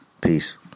Peace